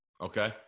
Okay